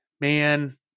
Man